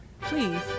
please